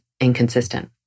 inconsistent